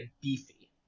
beefy